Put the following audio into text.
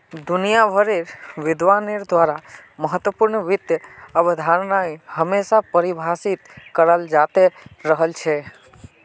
दुनिया भरेर विद्वानेर द्वारा महत्वपूर्ण वित्त अवधारणाएं हमेशा परिभाषित कराल जाते रहल छे